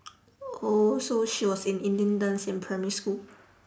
oh so she was in indian dance in primary school